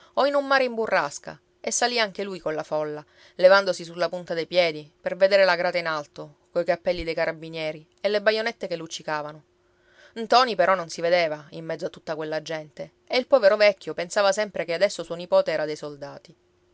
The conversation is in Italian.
o in un mare in burrasca e salì anche lui colla folla levandosi sulla punta dei piedi per vedere la grata in alto coi cappelli dei carabinieri e le baionette che luccicavano ntoni però non si vedeva in mezzo a tutta quella gente e il povero vecchio pensava sempre che adesso suo nipote era dei soldati